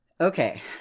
Okay